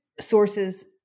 sources